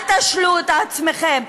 אל תשלו את עצמכם,